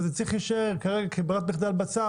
וזה צריך להישאר כרגע כברירת מחדל בצו